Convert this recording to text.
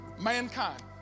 Mankind